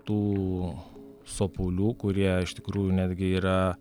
tų sopulių kurie iš tikrųjų netgi yra